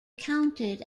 counted